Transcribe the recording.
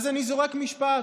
אז אני זורק משפט